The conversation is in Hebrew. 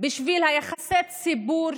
בשביל יחסי הציבור